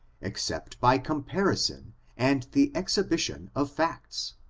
except by comparison and the exhibition of facts?